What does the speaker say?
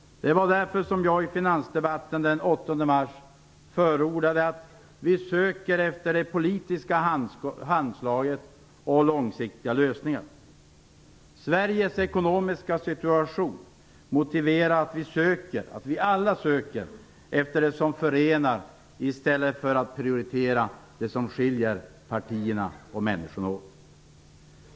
Det var därför som jag i finansdebatten den 8 mars förordade att vi söker efter det politiska handslaget och långsiktiga lösningar. Sveriges ekonomiska situation motiverar att vi alla söker efter det som förenar i stället för att prioritera det som skiljer partierna och människorna åt.